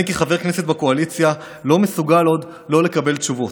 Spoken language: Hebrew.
אני כחבר כנסת בקואליציה לא מסוגל עוד לא לקבל תשובות.